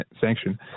sanction